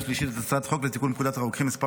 השלישית את הצעת חוק לתיקון פקודת הרוקחים (מס'